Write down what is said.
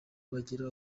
bagira